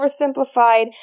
oversimplified